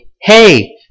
Hey